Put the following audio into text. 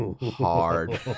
hard